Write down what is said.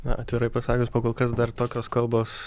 na atvirai pasakius kol kas dar tokios kalbos